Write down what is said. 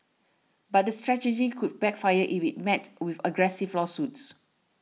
but the strategy could backfire if it is met with aggressive lawsuits